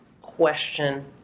question